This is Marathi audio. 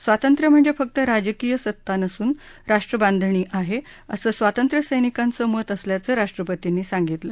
स्वातंत्र्य म्हणजे फक्त राजकीय सत्ता नसून राष्ट्र बांधणी आहे असं स्वातंत्र्य सैनिकांच मत असल्याचं राष्ट्रपतींनी सांगितलं